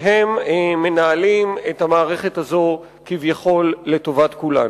והם מנהלים את המערכת הזאת, כביכול לטובת כולנו.